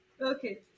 Okay